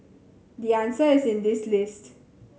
the answer is in this list